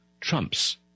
trumps